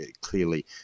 clearly